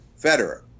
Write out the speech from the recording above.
Federer